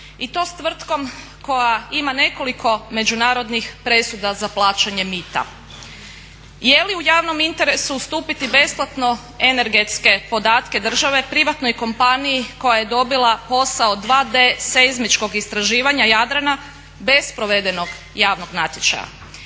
i to s tvrtkom koja ima nekoliko međunarodnih presuda za plaćanje mita? Jeli u javnom interesu ustupiti besplatno energetske podatke države privatnoj kompaniji koja je dobila posao 2D seizmičkog istraživanja Jadrana bez provedenog javnog natječaja?